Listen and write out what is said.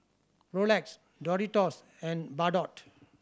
Rolex Doritos and Bardot